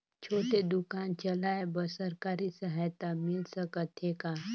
छोटे दुकान चलाय बर सरकारी सहायता मिल सकत हे का?